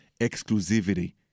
exclusivity